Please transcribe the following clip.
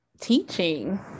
teaching